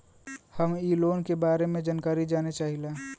हम इ लोन के बारे मे जानकारी जाने चाहीला?